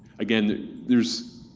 again, there's.